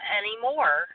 anymore